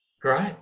Great